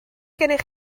gennych